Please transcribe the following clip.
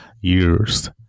Years